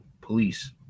police